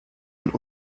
ein